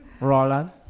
Roland